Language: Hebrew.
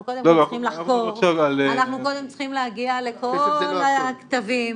אנחנו קודם צריכים להגיע לכל הכתבים,